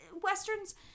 Westerns